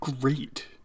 great